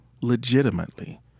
legitimately